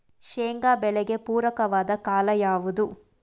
ಶೇಂಗಾ ಬೆಳೆಗೆ ಪೂರಕವಾದ ಕಾಲ ಯಾವುದು?